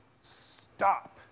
Stop